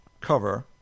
cover